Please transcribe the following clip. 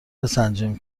بسنجیم